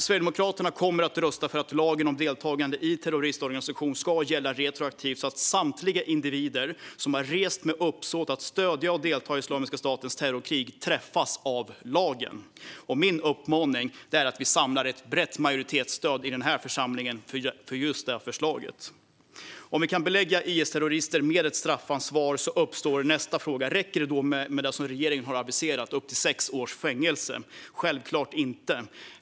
Sverigedemokraterna kommer att rösta för att lagen om deltagande i terroristorganisation ska gälla retroaktivt, så att samtliga individer som har rest med uppsåt att stödja och delta i Islamiska statens terrorkrig träffas av lagen. Min uppmaning är att vi samlar ett brett majoritetsstöd i denna församling för detta förslag. Om vi kan belägga IS-terrorister med ett straffansvar uppstår nästa fråga: Räcker det med det som regeringen har aviserat, upp till sex års fängelse? Det räcker självklart inte.